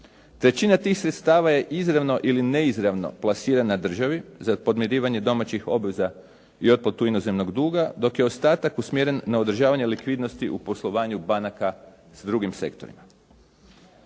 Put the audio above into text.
Većina tih sredstava je izravno ili neizravno plasirana državi za podmirivanje domaćih obveza i otplatu inozemnog duga dok je ostatak usmjeren na održavanje likvidnosti u poslovanju banaka s drugih sektorima.